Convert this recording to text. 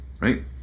right